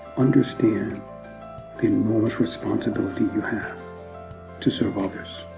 understand the enormous responsibility you have to serve others.